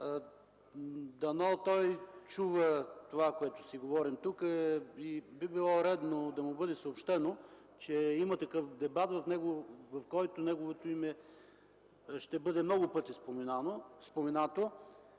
Дано чува това, което си говорим тук. Би било редно да му бъде съобщено, че има такъв дебат, в който името му ще бъде споменато